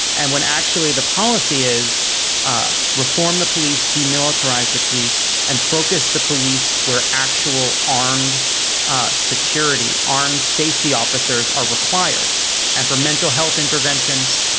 and when actually the policy is ah reform, the police, demilitarize the police and focus the police, where actual armed security, armed safety officers are required and for mental health interventions,